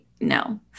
No